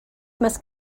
must